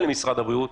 למשרד הבריאות,